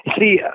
See